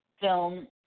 film